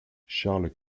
charles